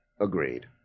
Agreed